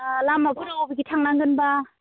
दा लामाफोरा अबेजों थांनांगोनबा